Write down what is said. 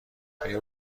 آیا